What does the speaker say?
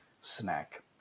snack